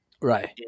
Right